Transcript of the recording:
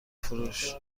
فروش